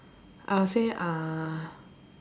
I'll say uh